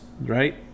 right